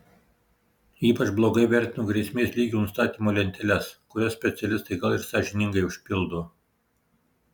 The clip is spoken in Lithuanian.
ypač blogai vertinu grėsmės lygių nustatymo lenteles kurias specialistai gal ir sąžiningai užpildo